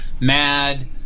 mad